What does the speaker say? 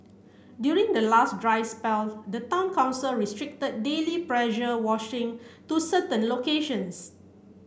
during the last dry spell the town council restricted daily pressure washing to certain locations